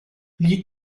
gli